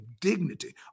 dignity